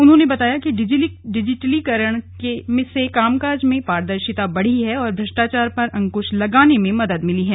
उन्होंने बताया कि डिजिटलीकरण से काम काज में पारदर्शिता बढ़ी है और भ्रष्टाचार पर अंकृश लगाने में मदद मिली है